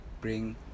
Bring